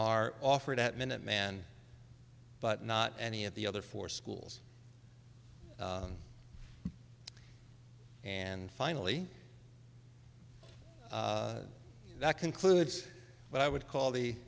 are offered at minuteman but not any of the other four schools and finally that concludes what i would call the